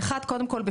קודם כול,